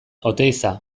oteiza